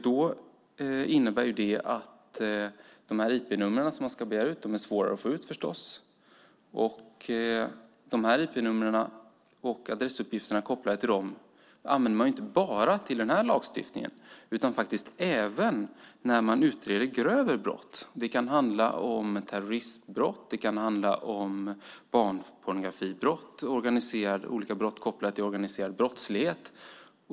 Det innebär att det blir svårare att begära ut IP-numren. IP-numren och adressuppgifterna kopplade till dem används inte bara till den här lagstiftningen utan även när grövre brott utreds. Det kan handla om terroristbrott, barnpornografibrott och olika brott kopplade till organiserad brottslighet.